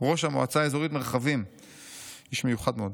ראש המועצה האזורית מרחבים, איש מיוחד מאוד,